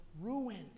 ruined